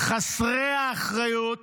חסרי האחריות